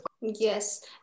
Yes